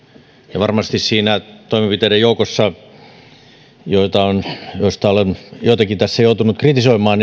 ja varmasti siellä toimenpiteiden joukossa joista olen joitakin tässä joutunut kritisoimaan